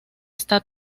está